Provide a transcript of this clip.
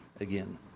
again